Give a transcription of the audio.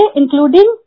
including